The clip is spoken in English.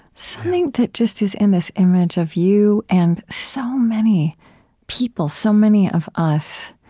something that just is in this image of you and so many people, so many of us,